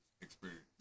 experience